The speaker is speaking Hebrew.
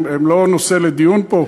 הם לא נושא לדיון פה,